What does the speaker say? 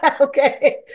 okay